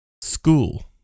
school